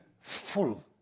full